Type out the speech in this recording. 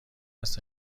هست